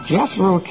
Jethro